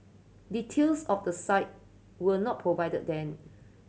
details of the site were not provided then